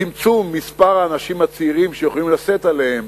צמצום מספר האנשים הצעירים שיכולים לשאת עליהם